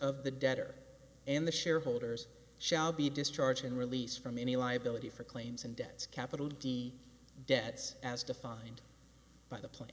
of the debtor and the shareholders shall be discharge and release from any liability for claims and debts capital d debts as defined by the plan